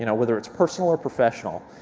you know whether it's personal or professional.